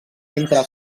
entre